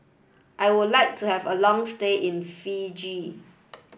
I would like to have a long stay in Fiji